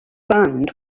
bend